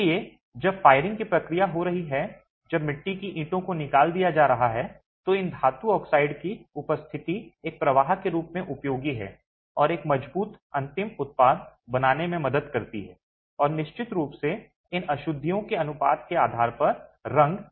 इसलिए जब फायरिंग की प्रक्रिया हो रही है जब मिट्टी की ईंटों को निकाल दिया जा रहा है तो इन धातु ऑक्साइड की उपस्थिति एक प्रवाह के रूप में उपयोगी है और एक मजबूत अंतिम उत्पाद बनाने में मदद करती है और निश्चित रूप से इन अशुद्धियों के अनुपात के आधार पर रंग